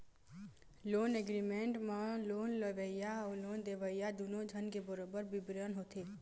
loan agreement म loan लेवइया अउ लोन देवइया दूनो झन के बरोबर बिबरन होथे